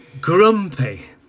grumpy